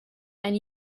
and